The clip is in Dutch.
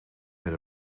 met